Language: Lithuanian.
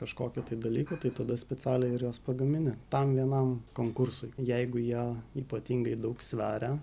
kažkokio tai dalyko tai tada specialiai ir juos pagamini tam vienam konkursui jeigu jie ypatingai daug sveria